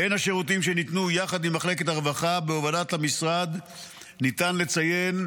בין השירותים שניתנו יחד עם מחלקת הרווחה בהובלת המשרד ניתן לציין: